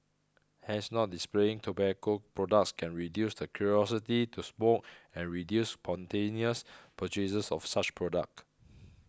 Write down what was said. hence not displaying tobacco products can reduce the curiosity to smoke and reduce spontaneous purchases of such products